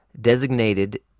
designated